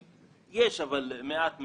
יש, אבל מעט מאוד,